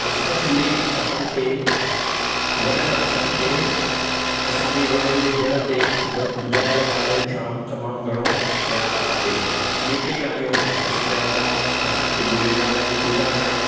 असां सिंधी असांखे वॾनि असांखे असांजे वॾनि जे जड़ ते व ॿुधायलु ॻाल्हिनि सां तमामु घणो प्यारु आहे जंहिंखे ॻाल्हियूं असांजा वॾा असांखे झूलेलाल जी पूजा करणु